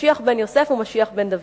משיח בן יוסף ומשיח בן דוד,